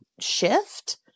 shift